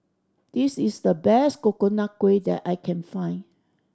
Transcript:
this is the best Coconut Kuih that I can find